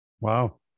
Wow